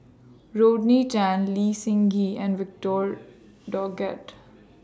Rodney Tan Lee Seng Gee and Victor Doggett